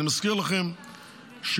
אני מזכיר לכם שב-OECD,